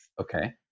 Okay